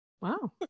wow